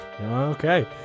Okay